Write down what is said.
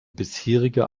bisherige